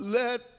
let